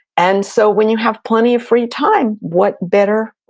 and so when you have plenty of free time, what better,